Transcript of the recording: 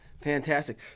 fantastic